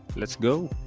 let's go!